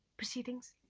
proceedings?